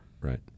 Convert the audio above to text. right